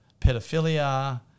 pedophilia